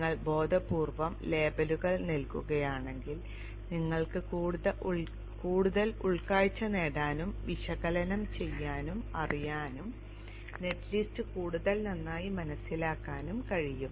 നിങ്ങൾ ബോധപൂർവ്വം ലേബലുകൾ നൽകുകയാണെങ്കിൽ നിങ്ങൾക്ക് കൂടുതൽ ഉൾക്കാഴ്ച നേടാനും വിശകലനം ചെയ്യാനും അറിയാനും നെറ്റ് ലിസ്റ്റ് കൂടുതൽ നന്നായി മനസ്സിലാക്കാനും കഴിയും